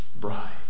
bride